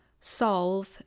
solve